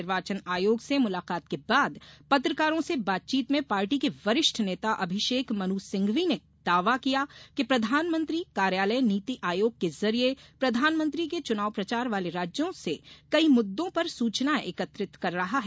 निर्वाचन आयोग से मुलाकात के बाद पत्रकारों से बातचीत में पार्टी के वरिष्ठ नेता अभिषेक मनु सिंघवी ने दावा किया कि प्रधानमंत्री कार्यालय नीति आयोग के जरिये प्रधानमंत्री के च्नाव प्रचार वाले राज्यों से कई मुद्दों पर सुचनाएं एकत्रित कर रहा है